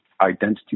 identity